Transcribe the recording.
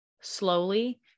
slowly